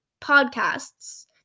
podcasts